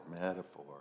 Metaphor